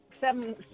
Seven